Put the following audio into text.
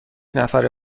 نفره